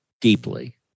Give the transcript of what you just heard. deeply